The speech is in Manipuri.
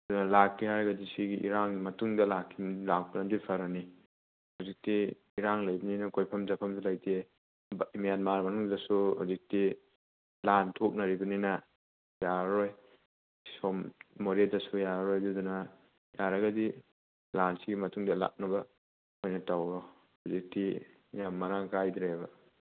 ꯑꯗꯨꯅ ꯂꯥꯛꯀꯦ ꯍꯥꯏꯔꯒꯗꯤ ꯁꯤꯒꯤ ꯏꯔꯥꯡꯒꯤ ꯃꯇꯨꯡꯗ ꯂꯥꯛꯄꯅꯗꯤ ꯐꯔꯅꯤ ꯍꯧꯖꯤꯛꯇꯤ ꯏꯔꯥꯡ ꯂꯩꯕꯅꯤꯅ ꯀꯣꯏꯐꯝ ꯆꯥꯐꯝꯁꯨ ꯂꯩꯇꯦ ꯃꯦꯟꯃꯥꯔ ꯃꯅꯨꯡꯗꯁꯨ ꯍꯧꯖꯤꯛꯇꯤ ꯂꯥꯟ ꯊꯣꯛꯅꯔꯤꯕꯅꯤꯅ ꯌꯥꯔꯔꯣꯏ ꯁꯣꯝ ꯃꯣꯔꯦꯗꯁꯨ ꯌꯥꯔꯔꯣꯏ ꯑꯗꯨꯅ ꯌꯥꯔꯒꯗꯤ ꯂꯥꯟꯁꯤꯒꯤ ꯃꯇꯨꯡꯗ ꯂꯥꯛꯅꯕ ꯑꯣꯏꯅ ꯇꯧꯔꯣ ꯍꯧꯖꯤꯛꯇꯤ ꯌꯥꯝ ꯃꯔꯥꯡ ꯀꯥꯏꯗ꯭ꯔꯦꯕ